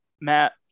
Matt